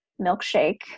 milkshake